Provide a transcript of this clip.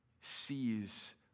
sees